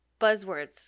buzzwords